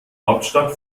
hauptstadt